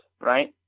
right